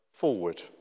forward